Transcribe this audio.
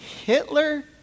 Hitler